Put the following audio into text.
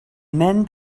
men